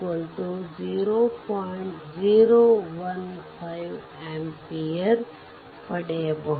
015amps ಪಡೆಯಬಹುದು